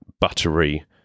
buttery